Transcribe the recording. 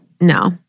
No